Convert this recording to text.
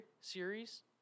series